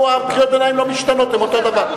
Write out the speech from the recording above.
קריאות הביניים לא משתנות, והן אותו דבר.